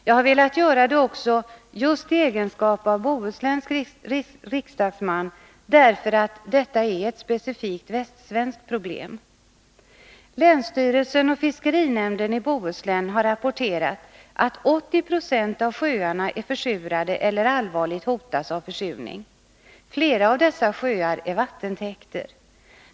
Jag har velat göra det också i egenskap av bohusländsk riksdagsman, därför att detta är ett specifikt västsvenskt problem. Länsstyrelsen och fiskerinämnden i Bohuslän har rapporterat att 80 90 av sjöarna är försurade eller hotas allvarligt av försurning. Flera av dessa sjöar är vattentäkter.